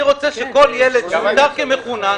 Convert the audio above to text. אני רוצה שכל ילד שמוגדר כמחונן,